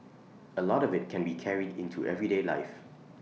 A lot of IT can be carried into everyday life